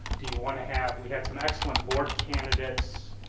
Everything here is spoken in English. do you want to have, we had some excellent board candidates